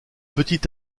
petit